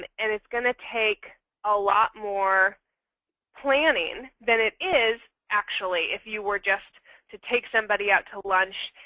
and and it's going to take a lot more planning than it is actually if you were just to take somebody out to lunch.